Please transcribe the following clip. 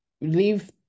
leave